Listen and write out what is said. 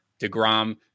DeGrom